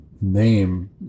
name